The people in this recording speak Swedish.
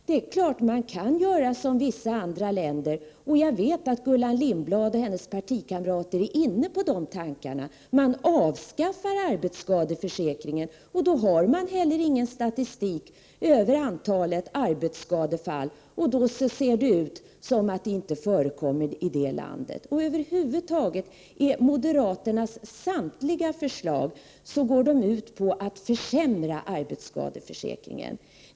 Vissa länder avskaffar arbetsskadeförsäkringen — jag vet att Gullan Lindblad och hennes partikamrater är inne på de tankarna — och då har de inte heller någon statistik över antalet arbetsskadefall, varför det ser ut som om sådana inte förekommer där. Över huvud taget går moderaternas samtliga förslag ut på att försämra arbetsskadeförsäkringen.